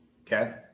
Okay